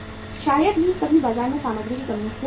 शायद ही कभी बाजार में सामग्री की कमी हो सकती है